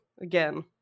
again